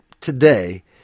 today